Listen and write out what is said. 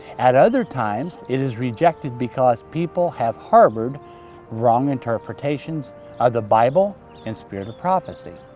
at other times, it is rejected because people have harbored wrong interpretations of the bible and spirit of prophecy.